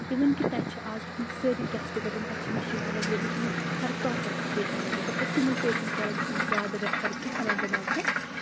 اِوٕن کہِ تَتہِ چھِ آز تِم سٲری ٹَیسٹہٕ گژھان تَتہِ چھِ مِشیٖن اَیٚوَیٚلَیبٕل تِمَو سۭتۍ چھِ ہر کانٛہہ ٹَیسٹہٕ پَیشَنٹَس گژھَن أسۍ چھِنہٕ مےٚ پَیشَنٹ کرَان چھِنہٕ زیادٕ رَیٚفَر کینٛہہ اَننت ناگ پؠٹھ